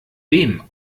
wem